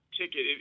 ticket